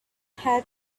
had